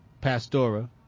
pastora